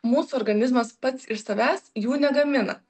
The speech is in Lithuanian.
mūsų organizmas pats iš savęs jų negamina